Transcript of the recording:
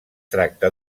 tracta